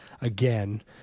again